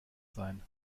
sein